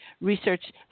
research